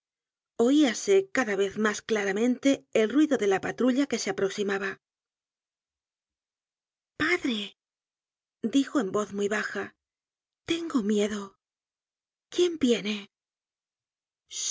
leviton oíase cada vez mas claramente el ruido de la patrulla que se aproximaba padre dijo e voz muy baja tengo miedo quién viene chist